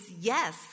yes